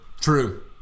True